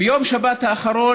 ביום שבת האחרון,